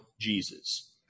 Jesus